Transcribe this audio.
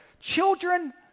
Children